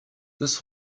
this